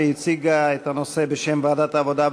שהציגה את הנושא בשם ועדת העבודה,